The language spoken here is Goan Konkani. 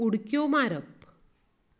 उडक्यो मारप